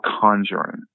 conjuring